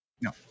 No